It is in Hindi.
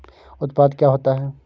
उत्पाद क्या होता है?